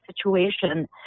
situation